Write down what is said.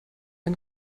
ein